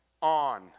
on